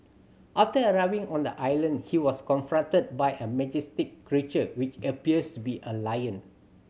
after arriving on the island he was confronted by a majestic creature which appears to be a lion